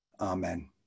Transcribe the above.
Amen